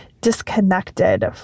disconnected